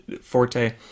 Forte